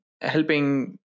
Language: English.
helping